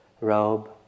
robe